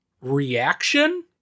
reaction